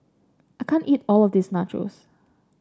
I can't eat all of this Nachos